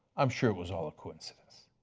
i'm sure it was all a coincidence,